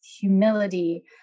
humility